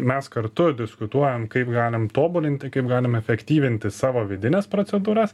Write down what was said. mes kartu diskutuojam kaip galim tobulinti kaip galim efektyvinti savo vidines procedūras